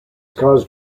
caused